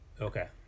Okay